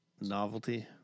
Novelty